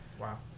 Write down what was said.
Wow